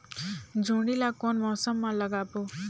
जोणी ला कोन मौसम मा लगाबो?